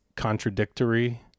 contradictory